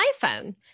iPhone